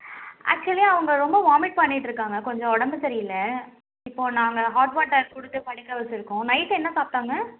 actually அவங்க ரொம்ப vomit பண்ணிகிட்ருக்காங்க கொஞ்சம் உடம்பு சரியில்லை இப்போது நாங்கள் ஹாட் வாட்டர் கொடுத்து படுக்க வெச்சுருக்கோம் நைட்டு என்ன சாப்பிட்டாங்க